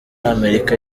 amerika